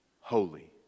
holy